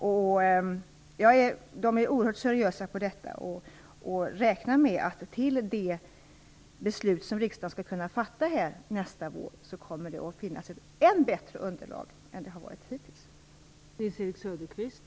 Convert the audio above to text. Man arbetar där oerhört seriöst med detta och räknar med att det till de beslut som riksdagen skall kunna fatta nästa år kommer att finnas ett än bättre underlag än vad som hittills funnits.